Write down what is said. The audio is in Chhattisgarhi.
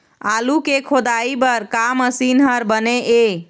आलू के खोदाई बर का मशीन हर बने ये?